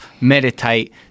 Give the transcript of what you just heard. meditate